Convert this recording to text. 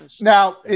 now